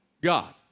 God